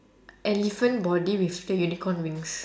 elephant body with the unicorn wings